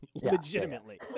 Legitimately